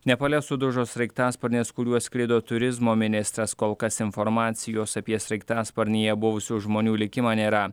nepale sudužo sraigtasparnis kuriuo skrido turizmo ministras kol kas informacijos apie sraigtasparnyje buvusių žmonių likimą nėra